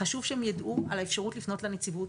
חשבנו שחשוב ונכון שהם יידעו על האפשרות לפנות לנציבות.